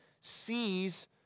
sees